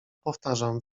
powtarzam